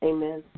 Amen